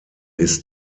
ist